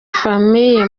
famille